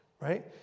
right